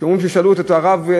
שאומרים ששאלו את הרב,